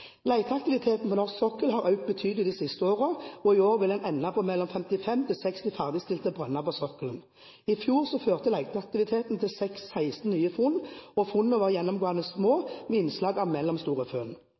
på norsk sokkel har økt betydelig de siste årene, og i år vil en ende på mellom 55 til 60 ferdigstilte brønner på sokkelen. I fjor førte leteaktiviteten til 16 nye funn. Funnene var gjennomgående små, med innslag av mellomstore funn.